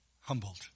humbled